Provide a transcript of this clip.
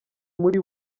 muri